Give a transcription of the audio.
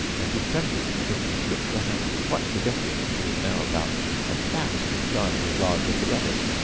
and she trembled till she shook the house, quite forgetting that she was now about a thousand times as large as the rabbit,